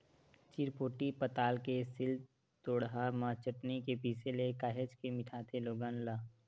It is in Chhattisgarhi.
चिरपोटी पताल के सील लोड़हा म चटनी के पिसे ले काहेच के मिठाथे लोगन ला